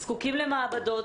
הם זקוקים למעבדות,